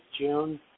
June